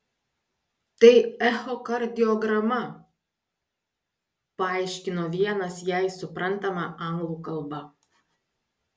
tai echokardiograma paaiškino vienas jai suprantama anglų kalba